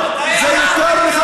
אולי תענה לי.